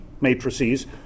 matrices